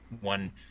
one